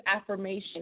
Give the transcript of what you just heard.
affirmation